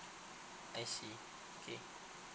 I see okay